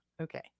okay